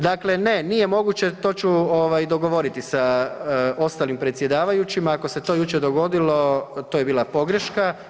Dakle, ne nije moguće to ću ovaj dogovoriti ostalim predsjedavajućima ako se to jučer dogodilo to je bila pogreška.